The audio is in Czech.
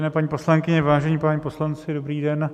Vážené paní poslankyně, vážení páni poslanci, dobrý den.